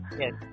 Yes